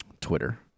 Twitter